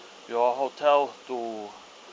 your hotel to